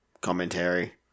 commentary